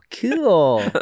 cool